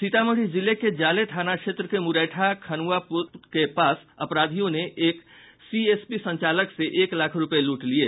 सीमामढ़ी जिले के जाले थाना क्षेत्र के मुरैठा खनुआ पुल के पास अपराधियों ने एक सीएसपी संचालक से एक लाख रूपये लूट लिये